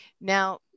Now